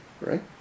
right